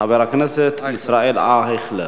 חבר הכנסת ישראל אייכלר,